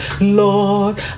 Lord